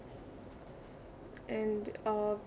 and uh